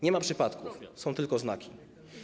Nie ma przypadków, są tylko znaki.